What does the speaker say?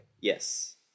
Yes